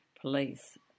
police